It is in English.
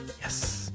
yes